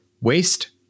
waste